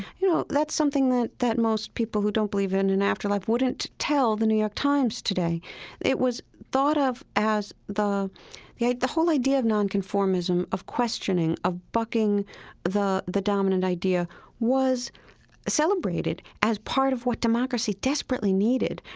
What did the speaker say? you know, that's something that that most people who don't believe in an afterlife wouldn't tell the new york times today it was thought of as the of as the whole idea of nonconformism, of questioning, of bucking the the dominant idea was celebrated as part of what democracy desperately needed,